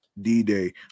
D-Day